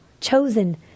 chosen